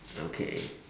okay